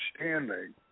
understanding